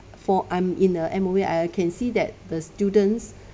for I'm in the M_O_E I uh can see that the students